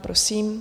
Prosím.